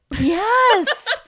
Yes